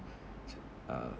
uh